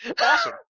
Awesome